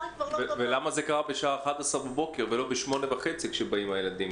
ולמה זה קרה בשעה 11 בבוקר ולא ב-8 בבוקר כאשר הילדים באים?